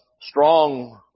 strong